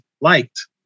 liked